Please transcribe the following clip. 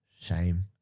shame